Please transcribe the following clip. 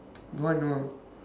don't want to know